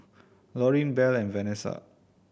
Laureen Bell and Vanesa